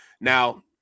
now